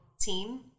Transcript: team